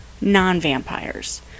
non-vampires